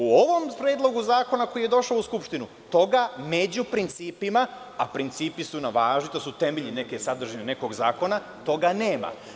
U ovom predlogu zakona koji je došao u Skupštinu toga među principima, a principi su važni, to su temelji nekog sadržine, nekog zakona, toga nema.